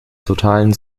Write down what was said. totalen